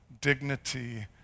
dignity